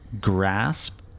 grasp